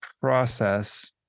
process